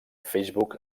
facebook